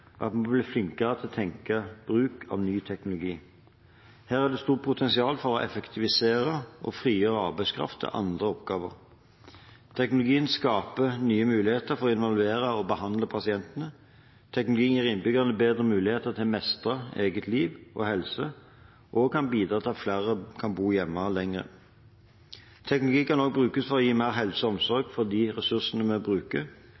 at vi må bli flinkere til å tenke bruk av ny teknologi. Her er det et stort potensial for å effektivisere og frigjøre arbeidskraft til andre oppgaver. Teknologien skaper nye muligheter for å involvere og behandle pasientene. Teknologi gir innbyggerne bedre muligheter til å mestre eget liv og helse og kan bidra til at flere kan bo hjemme lenger. Teknologi kan også brukes for å gi mer helse og omsorg for de ressursene vi bruker,